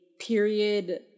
period